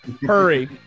Hurry